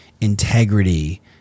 integrity